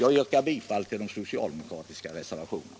Jag yrkar bifall till de socialdemokratiska reservationerna.